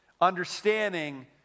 understanding